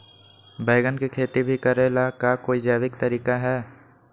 बैंगन के खेती भी करे ला का कोई जैविक तरीका है?